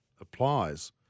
applies